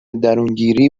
درونگیری